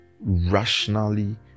Rationally